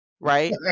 Right